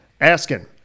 asking